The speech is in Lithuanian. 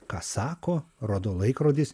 ką sako rodo laikrodis